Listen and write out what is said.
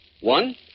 One